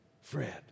Fred